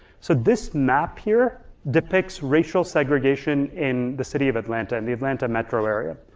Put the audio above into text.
so this map here depicts racial segregation in the city of atlanta, in the atlanta metro area.